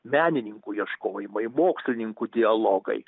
menininkų ieškojimai mokslininkų dialogai